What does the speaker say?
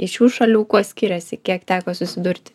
į šių šalių kuo skiriasi kiek teko susidurti